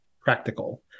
practical